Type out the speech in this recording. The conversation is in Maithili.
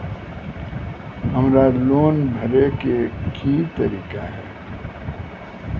हमरा लोन भरे के की तरीका है?